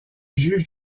juges